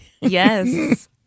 Yes